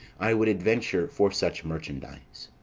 i would adventure for such merchandise.